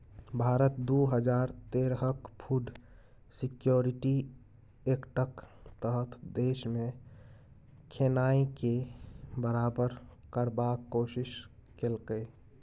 भारत दु हजार तेरहक फुड सिक्योरिटी एक्टक तहत देशमे खेनाइ केँ बराबर करबाक कोशिश केलकै